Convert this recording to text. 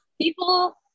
People